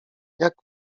jak